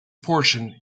portion